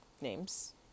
names